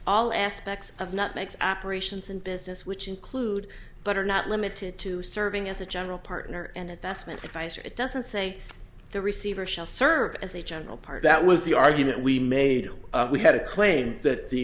all aspects of not makes operations and business which include but are not limited to serving as a general partner and if that's meant advice or it doesn't say the receiver shall serve as a general part that was the argument we made we had a claim that the